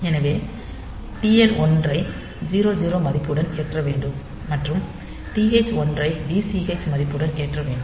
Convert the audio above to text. எனவே TL1 ஐ 00 மதிப்புடன் ஏற்ற வேண்டும் மற்றும் TH1 ஐ DCH மதிப்புடன் ஏற்ற வேண்டும்